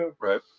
right